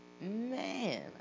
man